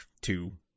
two